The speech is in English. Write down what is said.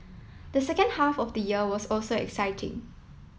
the second half of the year was also exciting